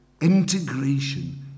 integration